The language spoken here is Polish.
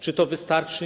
Czy to wystarczy?